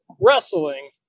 wrestling